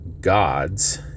gods